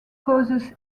causes